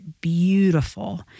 beautiful